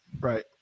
Right